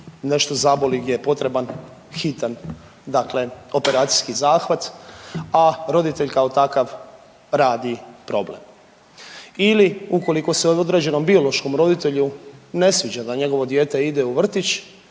nešto zaboli gdje je potreban hitan operacijski zahvat, a roditelj kao takav radi problem ili ukoliko se određenom biološkom roditelju ne sviđa da njegovo dijete ide u vrtić,